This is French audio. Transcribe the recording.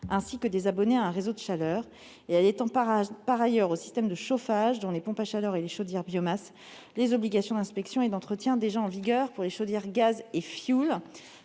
des ménages abonnés à un réseau de chaleur. Enfin, elle étend aux systèmes de chauffage, dont les pompes à chaleur et les chaudières biomasse, les obligations d'inspection et d'entretien déjà en vigueur pour les chaudières au gaz et au fioul.